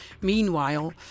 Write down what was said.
meanwhile